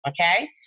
Okay